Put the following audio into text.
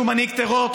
שהוא מנהיג טרור,